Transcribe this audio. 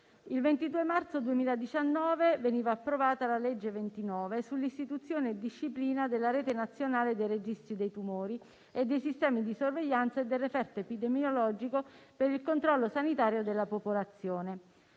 Il 22 marzo 2019 veniva approvata la legge n. 29 sull'istituzione e disciplina della Rete nazionale dei registri dei tumori e dei sistemi di sorveglianza e del referto epidemiologico per il controllo sanitario della popolazione.